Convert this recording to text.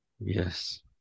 Yes